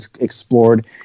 explored